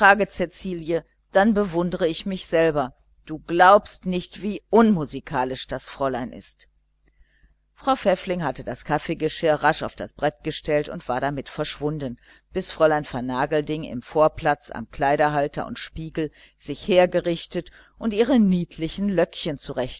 dann bewundere ich mich selber du glaubst nicht wie unmusikalisch das fräulein ist frau pfäffling hatte das kaffeegeschirr rasch auf das brett gestellt und war längst damit verschwunden bis fräulein vernagelding im vorplatz am kleiderhalter und spiegel toilette gemacht und ihre niedlichen löckchen